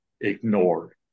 ignored